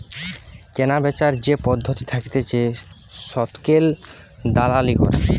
কেনাবেচার যে পদ্ধতি থাকতিছে শতকের দালালি করা